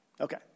Okay